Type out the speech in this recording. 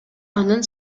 анын